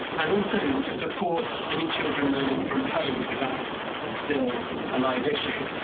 and also to support any children learning from home if that's still a live issue.